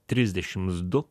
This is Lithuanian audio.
trisdešims du